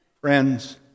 friends